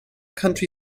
country